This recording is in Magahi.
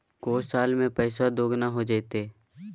को साल में पैसबा दुगना हो जयते?